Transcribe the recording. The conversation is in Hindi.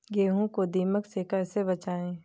गेहूँ को दीमक से कैसे बचाएँ?